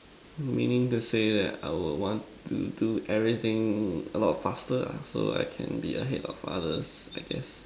meaning to say that I will want to do everything a lot faster ah so I can be ahead of others I guess